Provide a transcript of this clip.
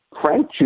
Frank